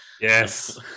Yes